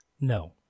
No